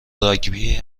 راگبی